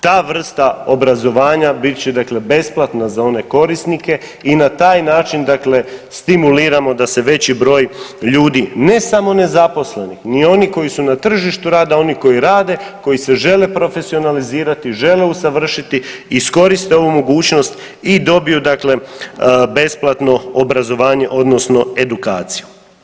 Ta vrsta obrazovanja bit će dakle besplatna za one korisnike i na taj način stimuliramo da se veći broj ljudi ne samo nezaposlenih, ni onih koji su na tržištu rada, oni koji rade koji se žele profesionalizirati, žele usavršiti iskoriste ovu mogućnost i dobiju dakle besplatno obrazovanje odnosno edukaciju.